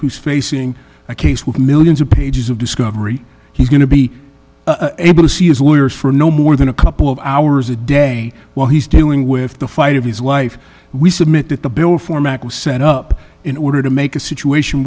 who's facing a case with millions of pages of discovery he's going to be able to see his lawyers for no more than a couple of hours a day while he's dealing with the fight of his life we submitted the bill for mack was set up in order to make a situation